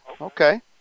okay